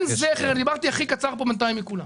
בינתיים, דיברתי הכי קצר פה מכולם.